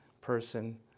person